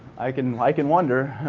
i can like and wonder.